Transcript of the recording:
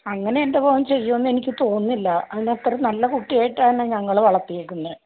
അങ്ങനെ എൻ്റെ മോൻ ചെയ്യുമെന്ന് എനിക്ക് തോന്നുന്നില്ല അവനെ അത്ര നല്ല കുട്ടിയായിട്ടാണ് ഞങ്ങൾ വളർത്തിയിരിക്കുന്നത്